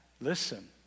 Listen